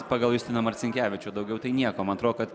pagal justiną marcinkevičių daugiau tai nieko man atrodo kad